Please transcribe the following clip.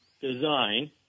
design